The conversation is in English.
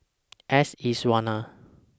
S Iswaran